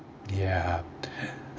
ya